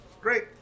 Great